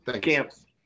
Camps